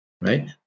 right